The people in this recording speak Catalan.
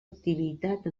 activitat